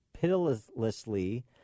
pitilessly